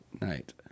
night